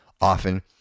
often